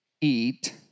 eat